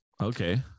Okay